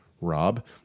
Rob